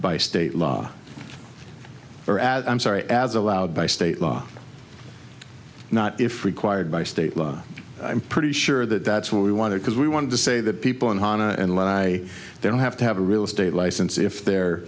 by state law or add i'm sorry as allowed by state law not if we quired by state law i'm pretty sure that that's what we want to because we want to say that people in han and why they don't have to have a real estate license if they're